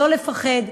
לא לפחד,